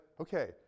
okay